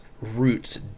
roots